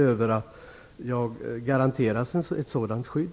Jag har inte garanterats ett sådant skydd.